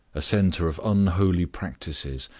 a center of unholy practises,